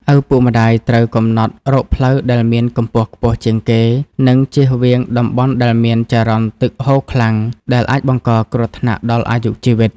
ឪពុកម្តាយត្រូវកំណត់រកផ្លូវដែលមានកម្ពស់ខ្ពស់ជាងគេ និងជៀសវាងតំបន់ដែលមានចរន្តទឹកហូរខ្លាំង ដែលអាចបង្កគ្រោះថ្នាក់ដល់អាយុជីវិត។